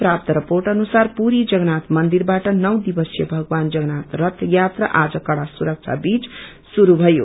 प्राप्त रिर्पोट अनुसार पुरी जगन्नाथ मन्दिरबाट नौ दिवसीय भगवान जगन्नाथ रथ यात्रा आज कड़ा सुरक्षा बीच शुरू भयो